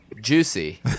Juicy